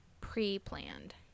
pre-planned